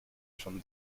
from